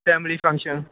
family function